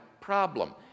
problem